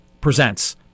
presents